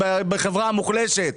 בחברה המוחלשת,